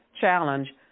challenge